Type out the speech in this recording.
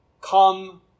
come